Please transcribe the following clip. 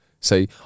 say